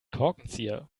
korkenzieher